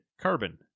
Carbon